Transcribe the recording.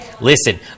Listen